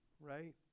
right